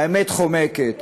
האמת חומקת.